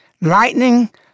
lightning